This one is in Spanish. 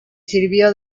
sirvió